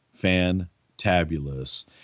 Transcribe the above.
fantabulous